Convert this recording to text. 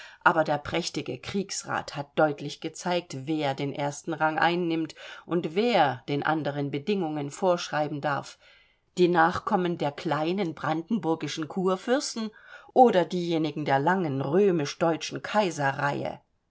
aber der prächtige kriegsrat hat deutlich gezeigt wer den ersten rang einnimmt und wer den anderen bedingungen vorschreiben darf die nachkommen der kleinen brandenburger kurfürsten oder diejenigen der langen